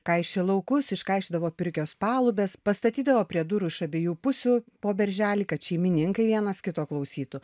kaišė laukus iškaišiodavo pirkios palubes pastatydavo prie durų iš abiejų pusių po berželį kad šeimininkai vienas kito klausytų